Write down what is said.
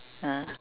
ah